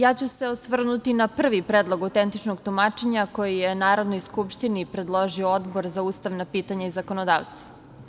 Ja ću se osvrnuti na prvi Predlog autentičnog tumačenja, koji je Narodnoj skupštini predložio Odbor za ustavna pitanja i zakonodavstvo.